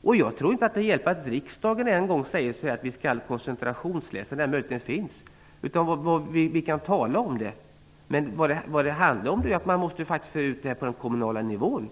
Jag tror inte att det hjälper att riksdagen än en gång säger att man skall kunna koncentrationsläsa när den möjligheten redan finns. Vi kan tala om det. Men det handlar om att föra ut detta på den kommunala nivån.